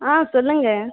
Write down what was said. ஆ சொல்லுங்கள்